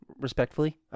respectfully